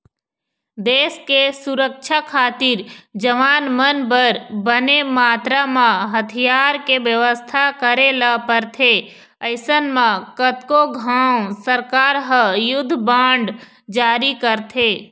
देस के सुरक्छा खातिर जवान मन बर बने मातरा म हथियार के बेवस्था करे ल परथे अइसन म कतको घांव सरकार ह युद्ध बांड जारी करथे